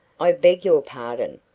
i beg your pardon,